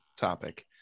topic